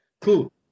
cool